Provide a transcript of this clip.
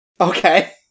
Okay